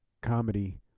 comedy